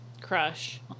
crush